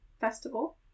festival